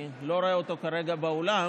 אני לא רואה אותו כרגע באולם.